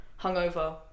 hungover